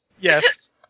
Yes